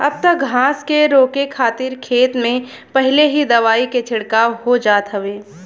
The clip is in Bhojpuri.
अब त घास के रोके खातिर खेत में पहिले ही दवाई के छिड़काव हो जात हउवे